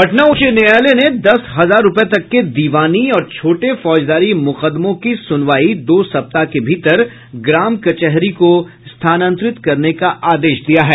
पटना उच्च न्यायालय ने दस हजार रूपये तक के दीवानी और छोटे फौजदारी मुकदमों की सुनवाई दो सप्ताह के भीतर ग्राम कचहरी को स्थानांतरित करने का आदेश दिया है